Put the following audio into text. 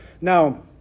Now